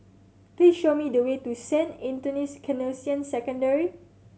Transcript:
please show me the way to Saint Anthony's Canossian Secondary